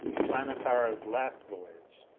the planetara's last voyage!